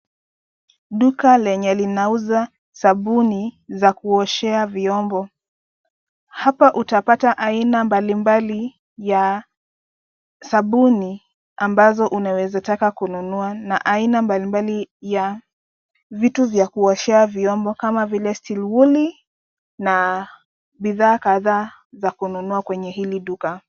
Duka lenye linauza sabuni za kuoshea vyombo. Hapa utapata aina mbalimbali ya sabuni, ambazo unaweza taka kununua na aina mbalimbali ya vitu vya kuoshea vyombo kama vile steel wooli , na bidhaa kadhaa za kununua kwenye hili duka.